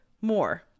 more